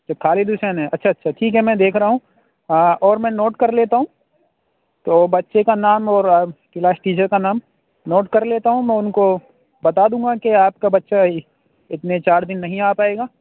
اچھا خالد حسین ہے اچھا اچھا ٹھیک ہے میں دیکھ رہا ہوں اور میں نوٹ کر لیتا ہوں تو بچے کا نام اور کلاس ٹیچر کا نام نوٹ کر لیتا ہوں میں اُن کو بتا دوں گا کہ آپ کا بچہ اتنے چار دِن نہیں آ پائے گا